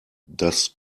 das